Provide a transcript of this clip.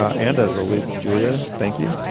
and as always, julia, thank you.